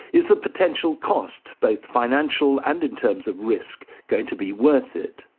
is the potential cost both financial and in terms of risk going to be worth it?